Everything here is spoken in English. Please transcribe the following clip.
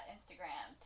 Instagram